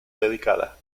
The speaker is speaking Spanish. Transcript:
dedicada